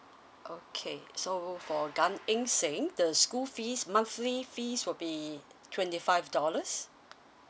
okay so for gan eng seng the school fees monthly fees will be twenty five dollars